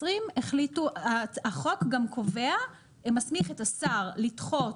החוק גם מסמיך את השר לדחות